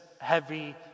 heavy